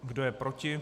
Kdo je proti?